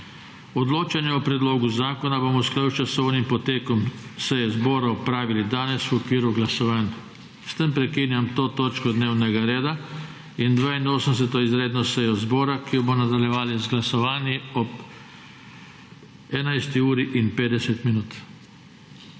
Odločanje o predlogu zakona bomo v skladu s časovnim potekom seje zbora opravili danes v okviru glasovanj. S tem prekinjam to točko dnevnega reda in 82. izredno sejo zbora, ki jo bomo nadaljevali z glasovanji ob 11. uri in 50 minut.